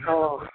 हँ